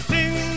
Sing